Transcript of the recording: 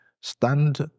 stand